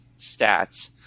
stats